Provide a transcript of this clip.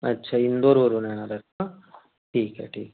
अच्छा इंदोरवरून येणार आहात का ठीक आहे ठीक आहे